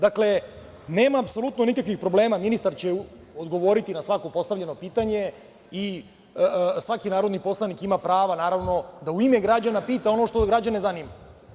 Dakle, nemam apsolutno nikakvih problema, ministar će odgovoriti na svako postavljeno pitanje i svaki narodni poslanik ima pravo da u ime građana pita ono što građane zanima.